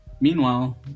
meanwhile